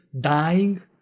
dying